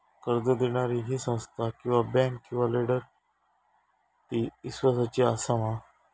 कर्ज दिणारी ही संस्था किवा बँक किवा लेंडर ती इस्वासाची आसा मा?